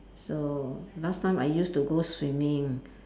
so last time I used to go swimming